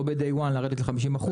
לא מהיום הראשון לרדת ל-50%.